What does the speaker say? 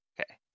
Okay